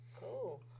cool